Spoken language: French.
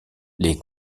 les